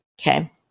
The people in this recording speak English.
okay